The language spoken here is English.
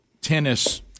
tennis